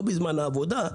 לא בזמן העבודה,